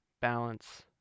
balance